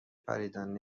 پریدن